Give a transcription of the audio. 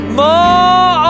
more